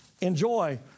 enjoy